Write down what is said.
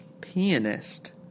pianist